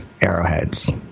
arrowheads